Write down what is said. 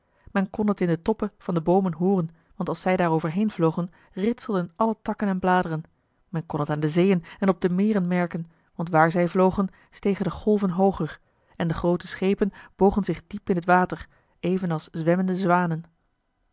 men kon het in de toppen van de boomen hooren want als zij daar overheen vlogen ritselden alle takken en bladeren men kon het aan de zeeën en op de meren merken want waar zij vlogen stegen de golven hooger en de groote schepen bogen zich diep in het water evenals zwemmende zwanen